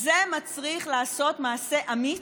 זה מצריך לעשות מעשה אמיץ,